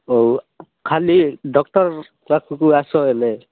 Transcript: ହଉ ଖାଲି ଡକ୍ଟର୍ ପାଖକୁ ଆସ ହେଲେ